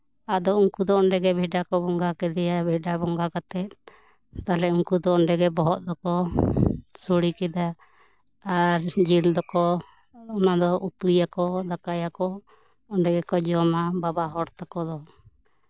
ᱟᱫᱚ ᱩᱱᱠᱩ ᱫᱚ ᱚᱱᱰᱮ ᱜᱮ ᱵᱷᱮᱰᱟ ᱠᱚ ᱵᱚᱸᱜᱟ ᱠᱮᱫᱮᱭᱟ ᱵᱷᱮᱰᱟ ᱵᱚᱸᱜᱟ ᱠᱟᱛᱮᱜ ᱛᱟᱦᱚᱞᱮ ᱩᱱᱠᱩ ᱫᱚ ᱚᱸᱰᱮ ᱜᱮ ᱵᱚᱦᱚᱜ ᱫᱚᱠᱚ ᱥᱳᱲᱮ ᱠᱮᱫᱟ ᱟᱨ ᱡᱤᱞ ᱫᱚᱠᱚ ᱚᱱᱟ ᱫᱚ ᱩᱛᱩ ᱭᱟᱠᱚ ᱫᱟᱠᱟᱭᱟᱠᱚ ᱚᱱᱰᱮ ᱜᱮᱠᱚ ᱡᱚᱢᱟ ᱵᱟᱵᱟ ᱦᱚᱲ ᱛᱟᱠᱚ ᱫᱚ